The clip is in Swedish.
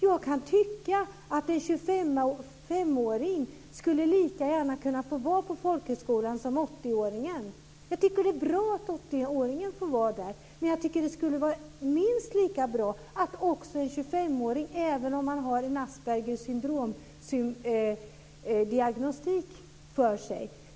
Jag kan tycka att en 25-åring lika gärna skulle få vara på folkhögskolan som 80-åringen. Jag tycker att det är bra att 80-åringen får vara där. Men jag tycker att det skulle vara minst lika bra att också en 25-åring får det även om han har diagnostiken Aspergers syndrom.